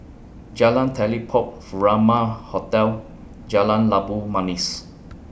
Jalan Telipok Furama Hotel Jalan Labu Manis